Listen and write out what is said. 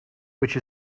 which